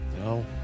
No